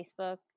Facebook